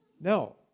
No